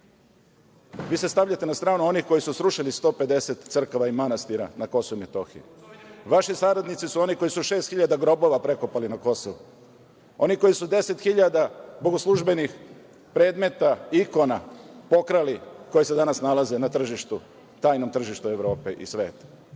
Vi se stavljate na stranu onih koji su srušili 150 crkava i manastira na KiM. Vaši saradnici su oni koji su šest hiljada grobova prekopali na Kosovu. Oni koji su 10 hiljada bogoslužbenih predmeta, ikona, pokrali koje se danas nalaze na tržištu, tajnom tržištu Evrope i sveta.